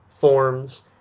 forms